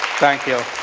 thank you.